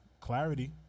clarity